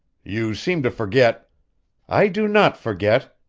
you seem to forget i do not forget!